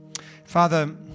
Father